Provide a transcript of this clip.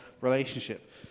relationship